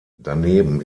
daneben